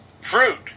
Fruit